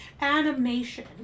animation